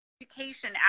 education